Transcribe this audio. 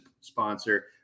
sponsor